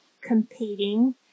competing